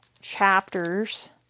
chapters